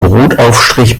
brotaufstrich